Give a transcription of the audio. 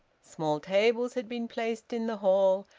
small tables had been placed in the hall,